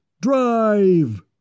drive